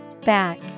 Back